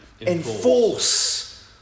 enforce